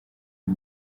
une